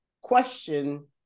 question